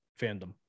fandom